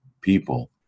people